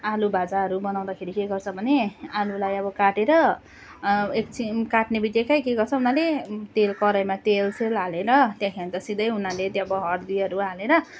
आलु भाजाहरू बनाउँदाखेरि के गर्छ भने आलुलाई अब काटेर एकछिन काट्ने बित्तिकै के उनीहरूले तेल कराहीमा तेल सेल हालेर त्यहाँदेखिको सिधै उनीहरूले त्यो अब हर्दीहरू हालेर